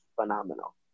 phenomenal